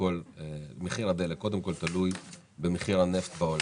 להבין שמחיר הדלק תלוי במחיר הנפט בעולם.